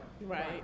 Right